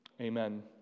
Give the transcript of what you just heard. Amen